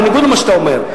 בניגוד למה שאתה אומר,